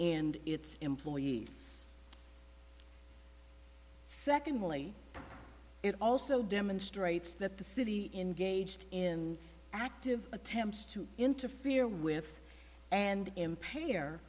and its employees secondly it also demonstrates that the city in gauged in active attempts to interfere with and impair